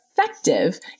effective